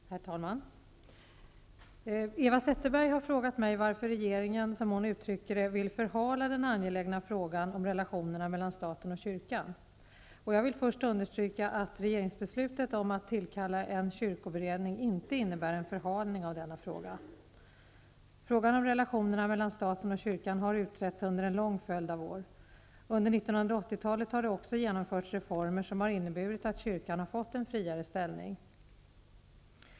Herr talman! Eva Zetterberg har frågat mig varför regeringen, som hon uttrycker det, vill förhala den angelägna frågan om relationerna mellan staten och kyrkan. Jag vill först understryka att regeringsbeslutet om att tillkalla en kyrkoberedning inte innebär en förhalning av denna fråga. Frågan om relationerna mellan staten och kyrkan har utretts under en lång följd av år. Under 1980 talet har det också genomförts reformer som har inneburit att kyrkan har fått en friare ställning.